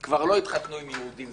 כבר לא יתחתנו עם יהודים.